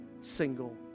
single